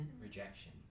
Rejection